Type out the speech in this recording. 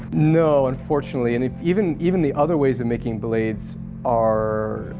no, unfortunately, and if even even the other ways of making blades are.